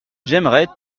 j’aimerais